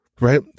Right